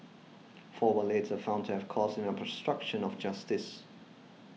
four were later found to have caused an obstruction of justice